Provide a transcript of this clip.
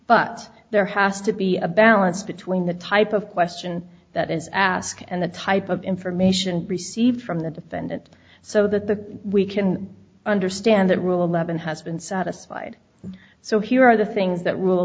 but there has to be a balance between the type of question that is asked and the type of information received from the defendant so that we can understand that rule eleven has been satisfied so here are the things that rule